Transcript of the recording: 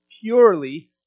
purely